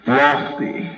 lofty